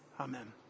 Amen